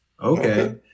Okay